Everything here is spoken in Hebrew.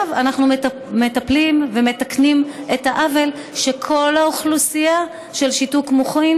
עכשיו אנחנו מטפלים ומתקנים את העוול שכל האוכלוסייה עם שיתוק מוחין